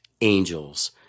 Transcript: angels